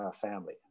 Family